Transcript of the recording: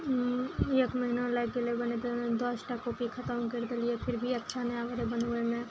एक महीना लागि गेलय बनेते दस टा कॉपी खतम करि देलियइ फिर भी अच्छा नहि आबय रहय बनबयमे